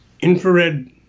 infrared